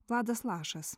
vladas lašas